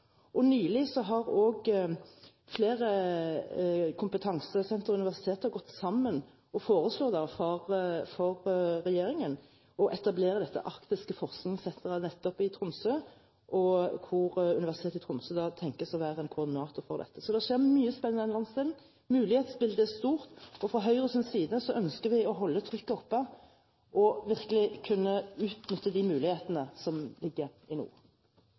Nylig har også flere kompetansesentre og universiteter gått sammen om å foreslå for regjeringen å etablere dette arktiske forskningssentret nettopp i Tromsø, og Universitetet i Tromsø tenkes å være en koordinator for dette. Så det skjer mye spennende i denne landsdelen. Mulighetsbildet er stort. Fra Høyres side ønsker vi å holde trykket oppe for virkelig å kunne utnytte de mulighetene som ligger i